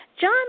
John